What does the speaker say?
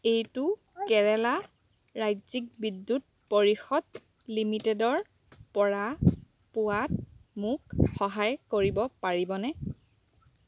এইটো কেৰালা ৰাজ্যিক বিদ্যুৎ পৰিষদ লিমিটেডৰ পৰা পোৱাত মোক সহায় কৰিব পাৰিবনে